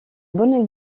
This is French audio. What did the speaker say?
bon